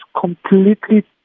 completely